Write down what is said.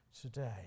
today